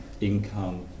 income